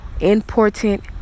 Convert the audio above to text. important